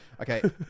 okay